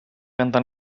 cantar